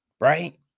right